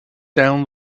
down